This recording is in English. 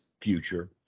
future